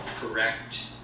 correct